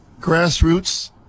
grassroots